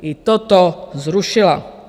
I toto zrušila.